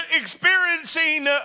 experiencing